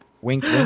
wink